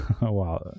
Wow